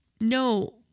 no